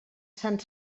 sant